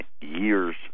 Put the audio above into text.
years